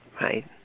Right